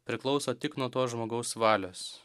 priklauso tik nuo to žmogaus valios